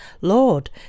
Lord